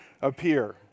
appear